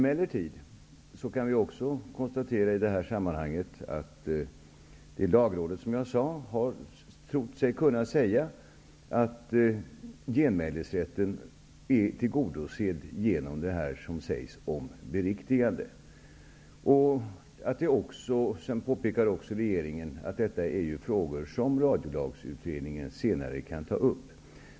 Vi kan emellertid i det här sammanhanget också konstatera att Lagrådet, som jag sade, har trott sig kunna säga att genmälesrätten är tillgodosedd genom det som sägs om beriktigande. Regeringen påpekar också att detta är frågor som Radiolagsutredningen senare kan ta upp.